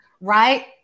Right